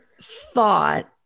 thought